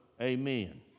amen